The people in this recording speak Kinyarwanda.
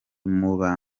muba